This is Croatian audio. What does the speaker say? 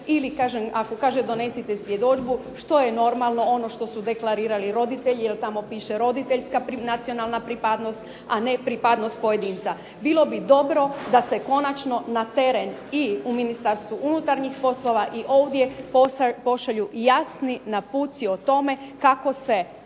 ako kaže donesite svjedodžbu što je normalno ono što su deklarirali roditelji jer tamo piše roditeljska nacionalna pripadnost a ne pripadnost pojedinca. Bilo bi dobro da se konačno na teren i u Ministarstvu unutarnjih poslova i ovdje pošalju jasni naputci o tome kako se